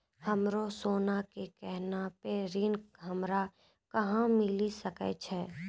हमरो सोना के गहना पे ऋण हमरा कहां मिली सकै छै?